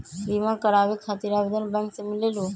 बिमा कराबे खातीर आवेदन बैंक से मिलेलु?